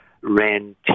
ran